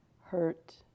hurt